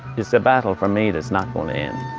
it's a battle for me that's not going to end.